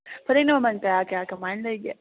ꯐꯅꯦꯛꯅ ꯃꯃꯜ ꯀꯌꯥ ꯀꯌꯥ ꯀꯃꯥꯏꯅ ꯂꯩꯒꯦ